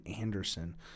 Anderson